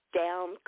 down